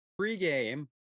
pregame